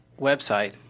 website